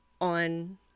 on